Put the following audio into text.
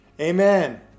Amen